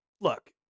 Look